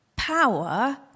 Power